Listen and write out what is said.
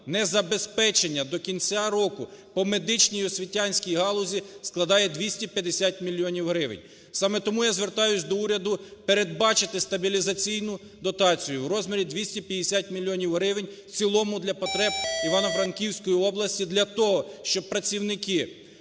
незабезпечення до кінця року по медичній і освітянській галузі складає 250 мільйонів гривень. Саме тому я звертаюсь до уряду передбачити стабілізаційну дотацію у розмірі 250 мільйонів гривень в цілому для потреб Івано-Франківської області для того, щоб працівники